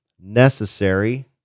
necessary